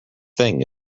thing